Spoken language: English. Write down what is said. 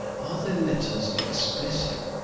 are their letters explicit?